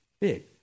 big